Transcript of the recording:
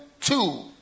two